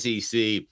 sec